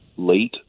Late